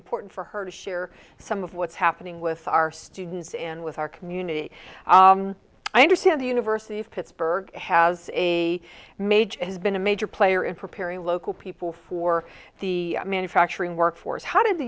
important for her to share some of what's happening with our students and with our community i understand the university of pittsburgh has a major has been a major player in preparing local people for the manufacturing workforce how did the